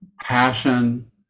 passion